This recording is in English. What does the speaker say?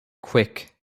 quick